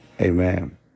Amen